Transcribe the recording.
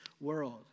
world